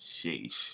Sheesh